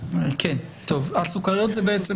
אינה טעונה מכרז אם מצאה ועדת המכרזים כי